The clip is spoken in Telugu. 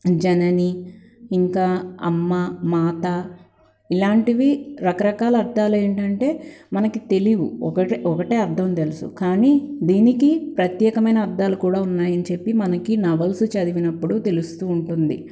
జనని ఇంకా అమ్మ మాత ఇలాంటివి రకరకాల అర్థాలేంటంటే మనకి తెలీవు ఒక ఒకటే అర్థం తెలుసు కానీ దీనికి ప్రత్యేకమైన అర్థాలు కూడా ఉన్నాయని చెప్పి మనకి నవల్స్ చదివినప్పుడు తెలుస్తూ ఉంటుంది